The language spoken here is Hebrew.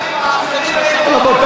לשמה.